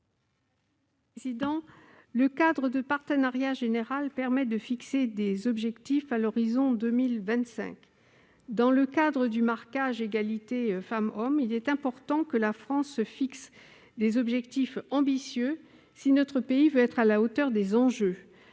Mme Claudine Lepage. Le cadre de partenariat global permet de fixer des objectifs à l'horizon de 2025. Dans le cadre du marquage « égalité femmes-hommes », il est important que la France se fixe des objectifs ambitieux si notre pays veut être à la hauteur des enjeux.